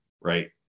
right